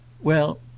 Well